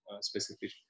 specific